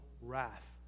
wrath